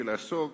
ולעסוק